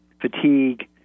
fatigue